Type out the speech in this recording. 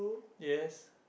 yes